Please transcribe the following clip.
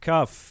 Cuff